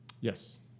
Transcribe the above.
Yes